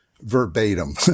verbatim